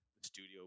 studio